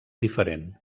diferent